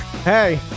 Hey